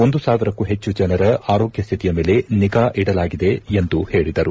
ಒಂದು ಸಾವಿರಕ್ಕೂ ಹೆಚ್ಚು ಜನರ ಆರೋಗ್ಗ ಸ್ವಿತಿಯ ಮೇಲೆ ನಿಗಾ ಇಡಲಾಗಿದೆ ಎಂದು ಹೇಳಿದರು